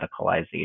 medicalization